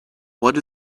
what